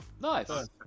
Nice